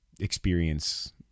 experience